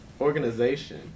organization